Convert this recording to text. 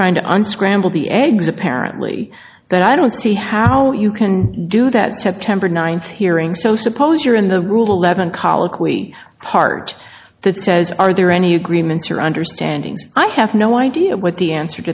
trying to unscramble be eggs apparently but i don't see how you can do that september ninth hearing so suppose you're in the ruhleben colloquy part that says are there any agreements or understanding i have no idea what the answer